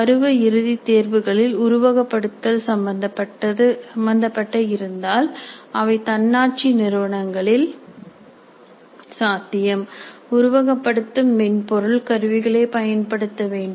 பருவ இறுதி தேர்வுகளில் உருவகப்படுத்துதல் சம்பந்தப்பட்டு இருந்தால் அவை தன்னாட்சி நிறுவனங்களில் சாத்தியம் உருவகப்படுத்தும் மென்பொருள் கருவிகளை பயன்படுத்த வேண்டும்